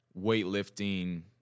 weightlifting